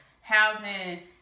housing